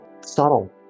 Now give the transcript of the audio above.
subtle